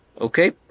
Okay